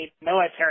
military